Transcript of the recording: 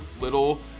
little